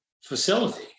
facility